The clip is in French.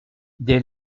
dès